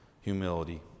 Humility